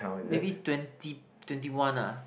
maybe twenty twenty one ah